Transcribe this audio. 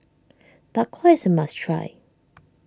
Bak Kwa is a must try